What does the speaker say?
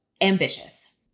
ambitious